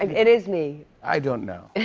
and it is me. i don't know.